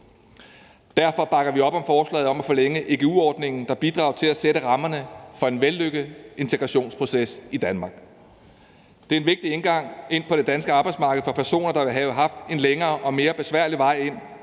Derfor bakker vi op om forslaget om at forlænge igu-ordningen, der bidrager til at sætte rammerne for en vellykket integrationsproces i Danmark. Det er en vigtig indgang til det danske arbejdsmarked for personer, der ville have haft en længere og mere besværlig vej ind